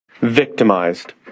victimized